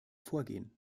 vorgehen